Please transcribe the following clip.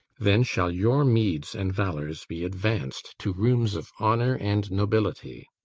then shall your meeds and valours be advanc'd to rooms of honour and nobility.